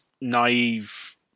naive